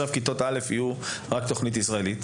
כיתות א' יהיו רק בתוכנית ישראלית?